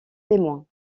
témoins